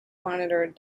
monitored